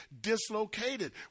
dislocated